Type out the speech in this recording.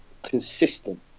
consistent